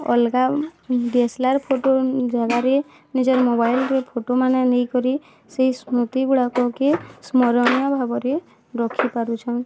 ଅଲଗା D S L R photo ଜାଗାରେ ନିଜର୍ ମୋବାଇଲ୍ରେ ଫଟୋମାନେ ନେଇକରି ସେଇ ସ୍ମୃତିଗୁଡ଼ାକକେ ସ୍ମରଣୀୟ ଭାବରେ ରଖିପାରୁଛନ୍